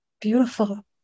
Beautiful